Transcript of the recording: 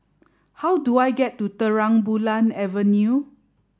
how do I get to Terang Bulan Avenue